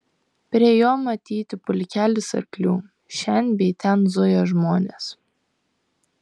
prie jo matyti pulkelis arklių šen bei ten zuja žmonės